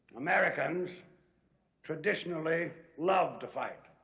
americans traditionally love to fight.